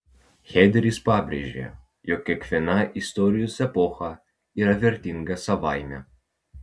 hederis pabrėžė jog kiekviena istorijos epocha yra vertinga savaime